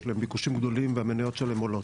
להן דווקא ביקושים גדולים והמניות שלהן עולות.